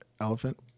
elephant